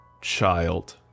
child